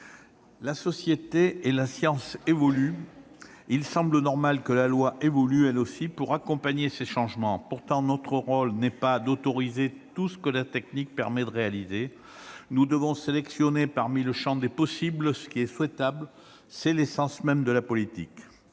la société et la science évoluent. Il semble normal que la loi évolue, elle aussi, pour accompagner ces changements. Pourtant, notre rôle n'est pas d'autoriser tout ce que la technique permet de réaliser. Nous devons sélectionner, parmi le champ des possibles, ce qui est souhaitable. C'est l'essence même de la politique